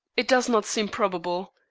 it does not seem probable,